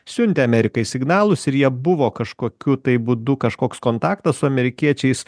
siuntė amerikai signalus ir jie buvo kažkokiu tai būdu kažkoks kontaktas su amerikiečiais